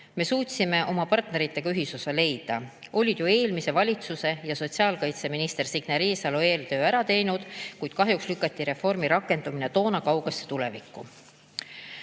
Me suutsime oma partneritega ühisosa leida. Olid ju eelmine valitsus ja sotsiaalkaitseminister Signe Riisalo eeltöö ära teinud, kuid kahjuks lükati reformi rakendamine toona kaugesse tulevikku.